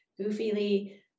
goofily